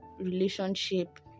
relationship